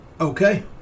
Okay